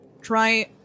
Try